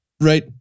Right